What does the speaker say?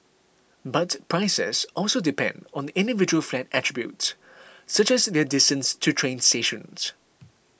but prices also depend on the individual flat attributes such as their distance to train stations